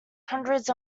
hundreds